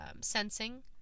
sensing